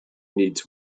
needs